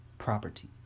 property